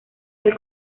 del